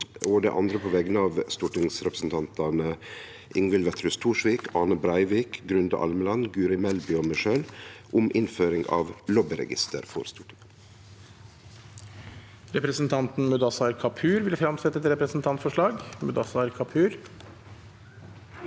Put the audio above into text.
Det andre er på vegner av representantane Ingvild Wetrhus Thorsvik, Ane Breivik, Grunde Almeland, Guri Melby og meg sjølv om innføring av lobbyregister for Stortinget. Presidenten Representanten Mudassar Kapur vil fremsette et representantforslag.